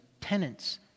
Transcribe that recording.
tenants